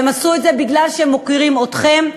והם עשו את זה בגלל שהם מוקירים אתכם.